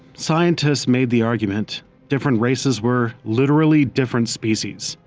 scientists made the argument different races were literally different species.